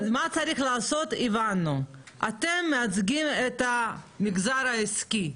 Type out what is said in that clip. מה צריך לעשות הבנו, אתם מייצגים את המגזר העסקי,